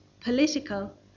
political